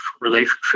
relationship